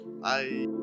Bye